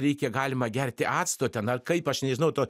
reikia galima gerti acto ten ar kaip aš nežinau to